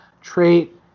Trait